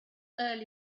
early